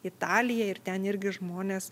italiją ir ten irgi žmonės